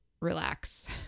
relax